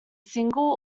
single